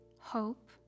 hope